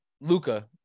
Luca